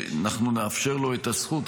אנחנו נאפשר לו את הזכות,